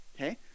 okay